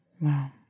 Wow